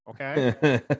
okay